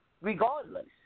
regardless